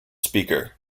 speaker